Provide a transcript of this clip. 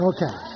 Okay